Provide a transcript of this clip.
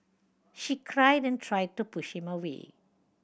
she cried and tried to push him away